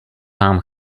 vám